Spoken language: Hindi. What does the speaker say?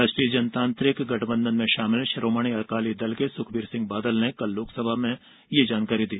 राष्ट्रीय जनतांत्रित गंठबंधन में शामिल शिरोमणि अकाली दल के सुखबीर सिंह बादल ने कल लोकसभा में यह जानकारी दी